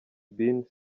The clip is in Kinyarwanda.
bin